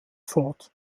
fort